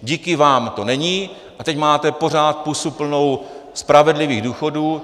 Díky vám to není a teď máte pořád pusu plnou spravedlivých důchodů.